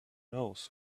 knows